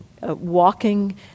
walking